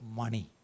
money